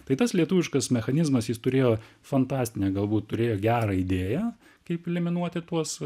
tai tas lietuviškas mechanizmas jis turėjo fantastinę galbūt turėjo gerą idėją kaip eliminuoti tuos